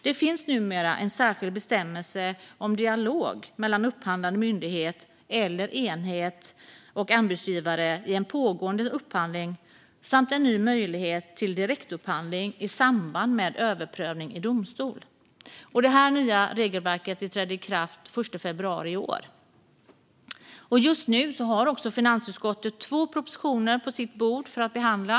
Det finns numera en särskild bestämmelse om dialog mellan upphandlande myndighet eller enhet och anbudsgivare i en pågående upphandling samt en ny möjlighet till direktupphandling i samband med överprövning i domstol. Detta nya regelverk trädde i kraft den 1 februari i år. Just nu har också finansutskottet två propositioner på sitt bord för behandling.